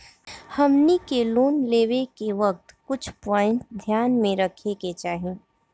हमनी के लोन लेवे के वक्त कुछ प्वाइंट ध्यान में रखे के चाही